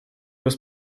раз